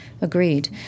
Agreed